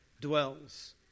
dwells